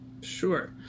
Sure